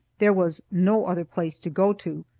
there was no other place to go to.